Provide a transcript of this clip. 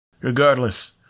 Regardless